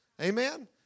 Amen